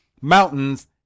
mountains